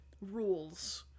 rules